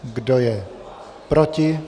Kdo je proti?